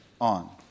on